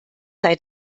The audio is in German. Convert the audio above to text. sei